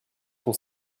sont